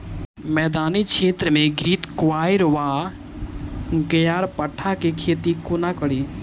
मैदानी क्षेत्र मे घृतक्वाइर वा ग्यारपाठा केँ खेती कोना कड़ी?